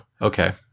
Okay